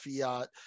fiat